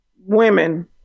women